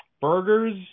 Burger's